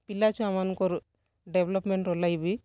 ପିଲା ଛୁଆ ମାନଙ୍କର୍ ଡେଭଲପମେଣ୍ଟର ଲାଗି ବି